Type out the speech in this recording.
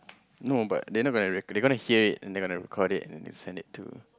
no but they not gonna record they gonna hear it and they gonna record it and then send it to